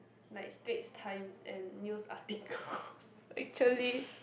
like Strait Times and news articles actually